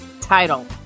title